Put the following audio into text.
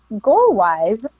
goal-wise